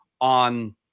on